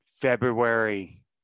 February